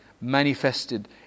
manifested